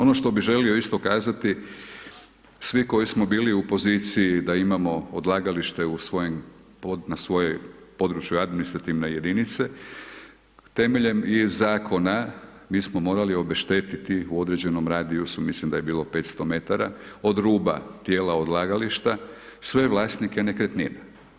Ono što bi želio isto kazati, svi koji smo bili u poziciji da imamo odlagalište na svojem području administrativne jedinice, temeljem i zakona, mi smo morali obešteti u određenom radiju, mislim da je bilo 500 m, od ruba dijela odlagališta sve vlasnike nekretnina.